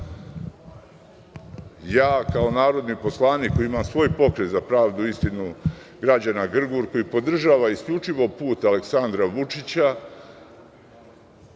Ja kao narodni poslanik koji imam svoj Pokret za pravdu i istinu građana – Grgur, koji podržava isključivo put Aleksandra Vučića,